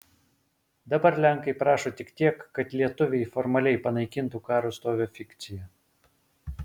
dabar lenkai prašo tik tiek kad lietuviai formaliai panaikintų karo stovio fikciją